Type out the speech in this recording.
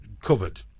covered